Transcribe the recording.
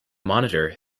monitor